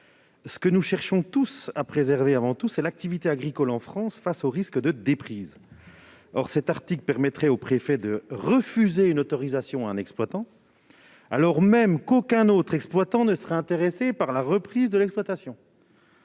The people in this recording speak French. Nous cherchons tous à préserver avant tout l'activité agricole en France face aux risques de déprise. Or cet article permettait aux préfets de refuser une autorisation à un exploitant, alors même qu'aucun autre exploitant ne serait intéressé par la reprise de l'exploitation